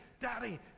Daddy